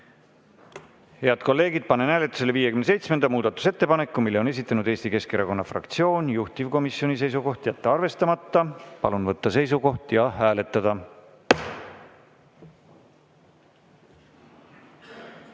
Head kolleegid, panen hääletusele 58. muudatusettepaneku. Selle on esitanud Eesti Keskerakonna fraktsioon. Juhtivkomisjoni seisukoht on jätta arvestamata. Palun võtta seisukoht ja hääletada!